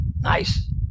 Nice